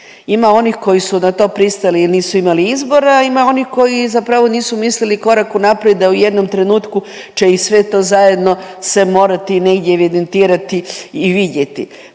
Ima onih koji su na to pristali jer nisu imali izbora, ima onih koji zapravo nisu mislili korak unaprijed, da u jednom trenutku će ih sve to zajedno se morati negdje evidentirati i vidjeti.